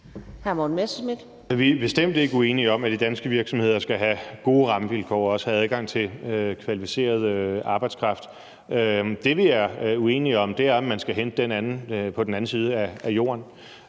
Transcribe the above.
Vi er bestemt ikke uenige om, at de danske virksomheder skal have gode rammevilkår og også have adgang til kvalificeret arbejdskraft. Det, vi er uenige om, er, om man skal hente den på den anden side af jorden.